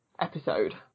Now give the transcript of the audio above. episode